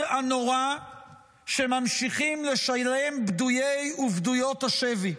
הנורא שממשיכים לשלם פדויי ופדויות השבי,